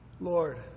Lord